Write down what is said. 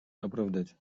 оправдать